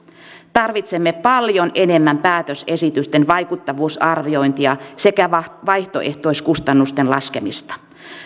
tarvitsemme paljon enemmän päätösesitysten vaikuttavuusarviointia sekä vaihtoehtoiskustannuksien laskemista